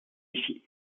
ici